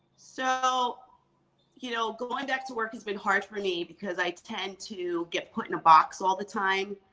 so you know going back to work has been hard for me because i tend to get put in a box all the time.